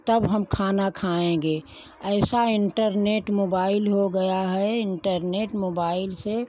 तब हम खाना खाएंगे ऐसा इन्टरनेट मोबाइल हो गया है इन्टरनेट मोबाइल से